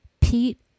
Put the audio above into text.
Pete